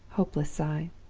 hopeless sigh.